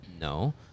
No